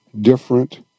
different